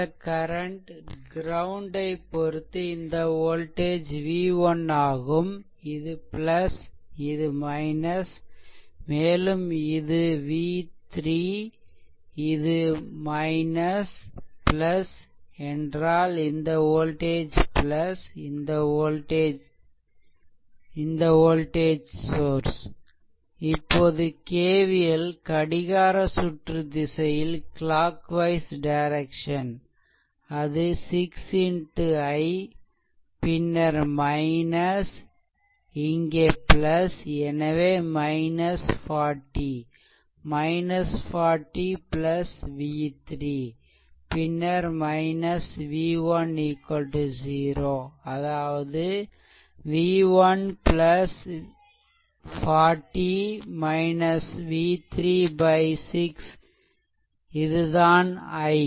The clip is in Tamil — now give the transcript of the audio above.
இந்த கரண்ட் க்ரௌண்ட் ஐ பொறுத்து இந்த வோல்டேஜ் v1 ஆகும் இது இது - மேலும் இது v3 இது என்றால் இந்த வோல்டேஜ் இந்த வோல்டேஜ் சோர்ஸ் இப்போது KVL கடிகார சுற்று திசையில் அது 6 x I பின்னர் - இங்கே எனவே 40 40 v3 பின்னர் v1 0 அதாவது v1 40 v3 6 இது தான் i